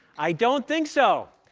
i don't think so.